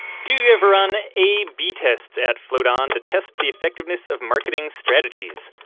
do you ever run a b tests at float on to test the effectiveness of marketing strategies?